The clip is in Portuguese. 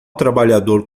trabalhador